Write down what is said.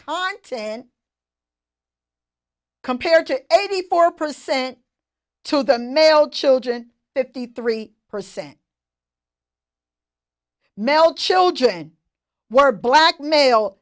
content compared to eighty four percent to the male children fifty three percent melt children were black ma